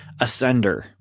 Ascender